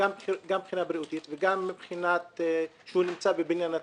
גם מבחינה בריאותית וגם מבחינה זאת שהוא נמצא בבניין נטוש.